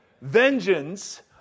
vengeance